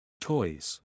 Toys